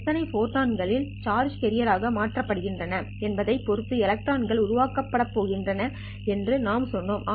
எத்தனை ஃபோட்டான்கள் charge carrier ஆக மாற்றப்படுகின்றன என்பதைப் பொறுத்து எலக்ட்ரான்கள் உருவாக்கப் போகின்றன என்று நாம் சொன்னோம்